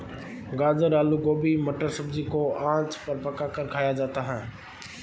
गाजर आलू गोभी मटर सब्जी को आँच पर पकाकर खाया जाता है